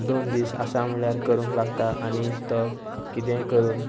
दोन दीस आसा म्हणळल्यार करूंक लागता आनी तो कितेंय करून